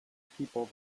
people